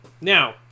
Now